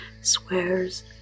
swears